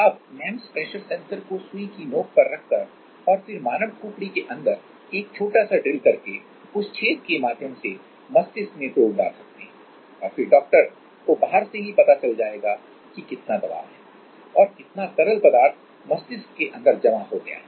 अब MEMS pressure sensor को सुई की नोक पर रखकर और फिर मानव खोपड़ी के अंदर एक छोटा सा ड्रिल करके उस छेद के माध्यम से मस्तिष्क में प्रोब डाल सकते हैं और फिर डॉक्टर को बाहर से ही पता चल जाएगा कि कि कितना दबाव है और कितना तरल पदार्थ मस्तिष्क के अंदर जमा हो गया है